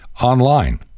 online